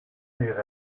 sert